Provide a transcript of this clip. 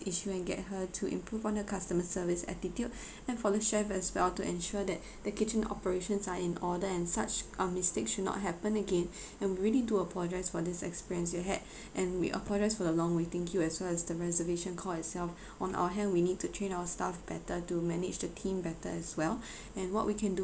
issue and get her to improve on her customer service attitude and for the chef as well to ensure that the kitchen operations are in order and such um mistake should not happen again and we really do apologise for this experience you had and we apologise for the long waiting queue as well as the reservation call itself on our hand we need to train our staff better to manage the team better as well and what we can do